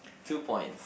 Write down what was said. two points